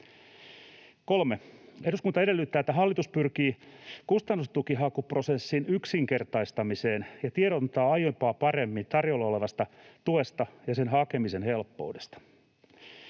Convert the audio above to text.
3. Eduskunta edellyttää, että hallitus pyrkii kustannustukihakuprosessin yksinkertaistamiseen ja tiedottaa aiempaa paremmin tarjolla olevasta tuesta ja sen hakemisen helppoudesta.